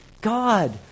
God